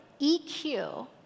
EQ